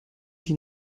die